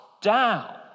down